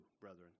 brethren